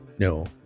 No